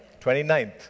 29th